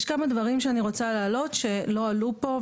יש כמה דברים שאני רוצה להעלות שלא עלו פה,